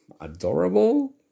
adorable